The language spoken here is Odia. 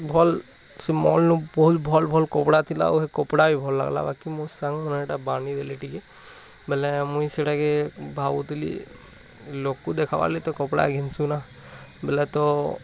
ଭଲ୍ ସେ ମଲ୍ର ବହୁତ ଭଲ୍ ଭଲ୍ କପଡ଼ା ଥିଲା କପଡ଼ା ବି ଭଲ ଲାଗ୍ଲା ବାକି ମୁଁ ସାଙ୍ଗମାନେ ଏଇଟା ବାନି ଦେଲେ ଟିକେ ବେଲେ ମୁଇଁ ସେଟାକେ ଭାବୁ ଥିଲି ଲୋକ ଦେଖାବା ଲାଗି ତ କପଡ଼ା ଘିନ୍ସୁ ନା ବେଲେ ତ